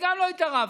אני גם לא התערבתי,